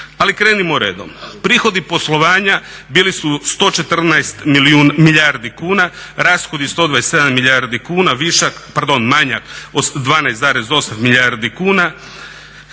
Ali krenimo redom. Prihodi poslovanja bili su 114 milijardi kuna, rashodi 127 milijardi kuna, višak, pardon manjak 12,8 milijardi kuna,